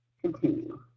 continue